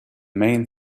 main